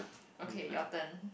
okay your turn